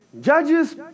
judges